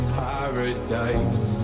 paradise